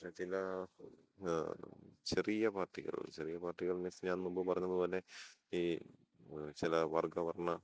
പഷേ ചില ചെറിയ പാർട്ടികൾ ചെറിയ പാർട്ടികൾ മീൻസ് ഞാൻ മുമ്പ് പറഞ്ഞത് പോലെ ഈ ചില വർഗവർണ